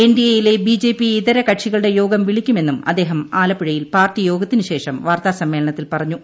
N D A യിലെ B J P ഇതര കക്ഷികളുടെ യോഗം വിളിക്കുമെന്നും അദ്ദേഹം ആലപ്പുഴയിൽ പാർട്ടിയോഗത്തിനു ശേഷം വാർത്താസമ്മേളനത്തിൽ പറഞ്ഞു